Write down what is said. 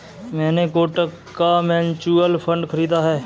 मैंने कोटक का mutual fund खरीदा है